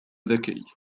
ذكي